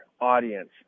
audience